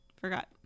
forgot